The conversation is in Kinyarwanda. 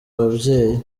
ababyeyi